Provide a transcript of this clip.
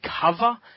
cover